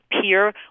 peer